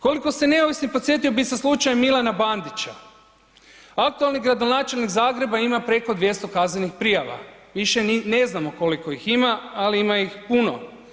Koliko ste neovisni podsjetio bih sa slučajem Milana Bandića, aktualni gradonačelnik Zagreba ima preko 200 kaznenih prijava, više ni ne znamo koliko ih ima ali ima ih puno.